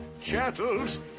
chattels